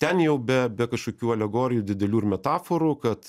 ten jau be be kažkokių alegorijų didelių ir metaforų kad